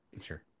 sure